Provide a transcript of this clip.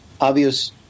obvious